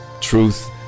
truth